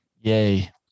yay